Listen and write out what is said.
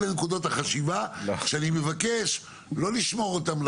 אלו נקודות החשיבה שאני מבקש לא לשמור אותן,